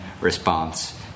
response